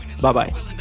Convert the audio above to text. Bye-bye